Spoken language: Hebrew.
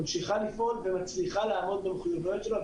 היא ממשיכה לפעול ומצליחה לעמוד במחויבויות שלה,